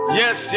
yes